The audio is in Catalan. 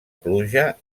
pluja